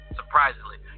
surprisingly